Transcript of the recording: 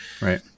Right